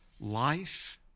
life